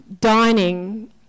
dining